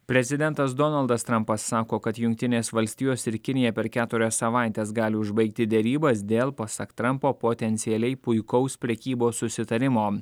prezidentas donaldas trampas sako kad jungtinės valstijos ir kinija per keturias savaites gali užbaigti derybas dėl pasak trampo potencialiai puikaus prekybos susitarimo